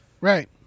Right